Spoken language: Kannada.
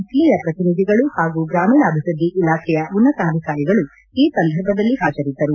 ಜಿಲ್ಲೆಯ ಜನಪ್ರತಿನಿಧಿಗಳು ಹಾಗೂ ಗ್ರಾಮೀಣಾಭಿವೃದ್ದಿ ಇಲಾಖೆಯ ಉನ್ನತಾಧಿಕಾರಿಗಳು ಈ ಸಂದರ್ಭದಲ್ಲಿ ಹಾಜರಿದ್ದರು